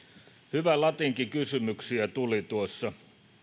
hyvä latinki kysymyksiä tuli tuossa